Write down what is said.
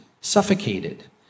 suffocated